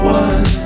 one